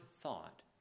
thought